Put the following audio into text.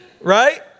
Right